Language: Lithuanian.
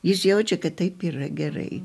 jis jaučia kad taip yra gerai